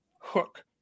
hook